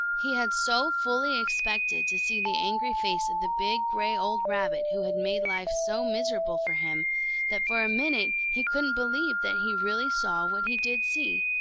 he had so fully expected to see the angry face of the big, gray, old rabbit who had made life so miserable for him that for a minute he couldn't believe that he really saw what he did see.